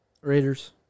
Raiders